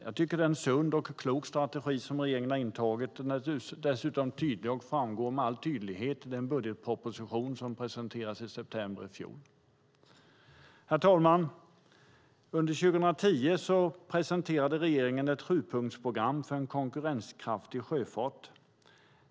Jag tycker att det är en sund och klok strategi som regeringen har intagit. Den är dessutom tydlig och framgick av den budgetproposition som presenterades i september i fjol. Herr talman! Under 2010 presenterade regeringen ett sjupunktsprogram för en konkurrenskraftig sjöfart.